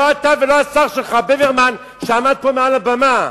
לא אתה ולא השר שלך, ברוורמן, שעמד פה על הבמה.